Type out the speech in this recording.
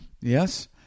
yes